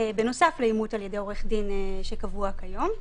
בנוסף לאימות על-ידי עורך-דין שקבוע כיום.